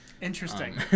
interesting